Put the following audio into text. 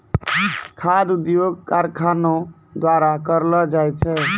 खाद्य उद्योग कारखानो द्वारा करलो जाय छै